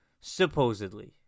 supposedly